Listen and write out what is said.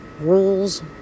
Rules